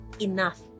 enough